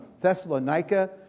Thessalonica